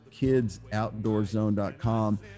kidsoutdoorzone.com